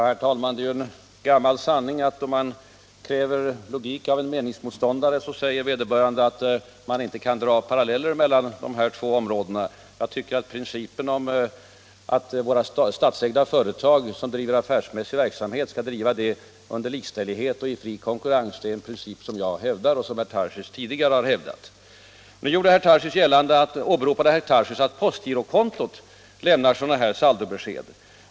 Herr talman! Det är en gammal sanning att om man kräver logik av en meningsmotståndare säger vederbörande att man inte kan dra paralleller mellan dessa två områden. Jag hävdar principen att våra statsägda företag som driver affärsmässig verksamhet skall göra det i fri konkurrens, och herr Tarschys har tidigare hävdat samma princip. Herr Tarschys åberopade att postgirokontoret lämnar saldobesked.